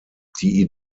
die